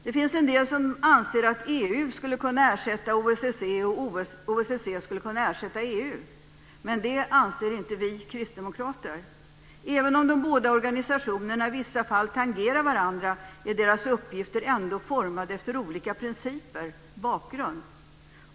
Det finns en del som anser att EU skulle kunna ersätta OSSE och att OSSE skulle kunna ersätta EU, men det anser inte vi kristdemokrater. Även om de både organisationerna i vissa fall tangerar varandra är deras uppgifter ändå formade efter olika principer och bakgrund.